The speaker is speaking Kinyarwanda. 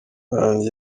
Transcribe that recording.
gangi